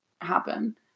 happen